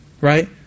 right